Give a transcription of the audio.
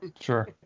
Sure